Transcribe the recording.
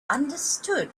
understood